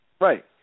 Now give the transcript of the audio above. Right